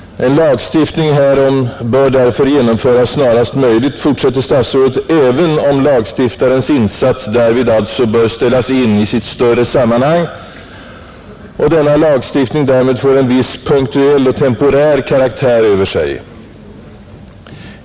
En lagstiftning härom bör därför genomföras snarast möjligt, fortsätter statsrådet, även om lagstiftarens insats därvid alltså bör ställas in i sitt större sammanhang och denna lagstiftning därmed får en viss punktuell och temporär karaktär över sig.